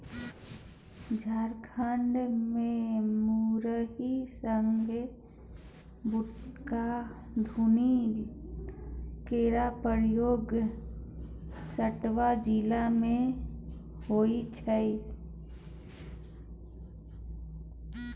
झारखंड मे मुरही संगे बुटक घुघनी केर प्रयोग सबटा जिला मे होइ छै